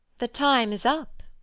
the time is up.